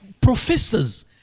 professors